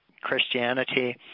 Christianity